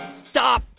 stop.